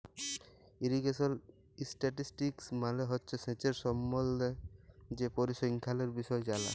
irrigation statistics মালে হছে সেঁচের সম্বল্ধে যে পরিসংখ্যালের বিষয় জালা